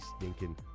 stinking